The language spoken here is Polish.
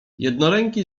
jednoręki